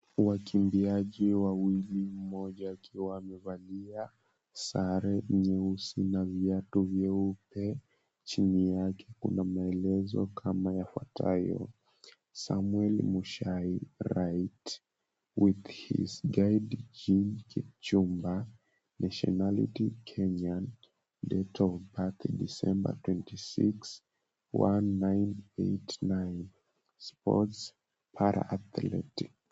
Wakimbiaji wawili, mmoja akiwa amevalia sare nyeusi na viatu vyeupe. Chini yake kuna maelezo kama yafuatayo; "Samuel Mushai, right, with his guide Jim Kipchumba, nationality-Kenyan, date of birth-December 26, 1989, sports - para athletics."